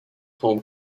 home